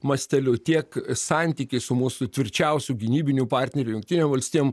masteliu tiek santykiai su mūsų tvirčiausiu gynybiniu partneriu jungtinėm valstijom